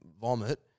vomit